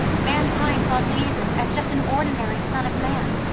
mankind saw jesus as just an ordinary son of man.